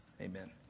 Amen